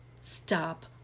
stop